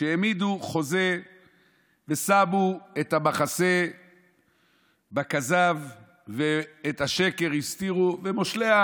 כשהעמידו חוזה ושמו את המחסה בכזב ואת השקר הסתירו ומושלי,